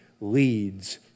leads